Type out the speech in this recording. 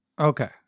Okay